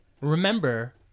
Remember